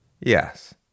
Yes